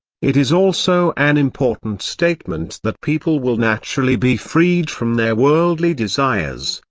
it is also an important statement that people will naturally be freed from their worldly desires,